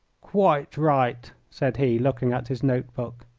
quite right, said he, looking at his note-book.